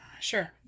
sure